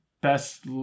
best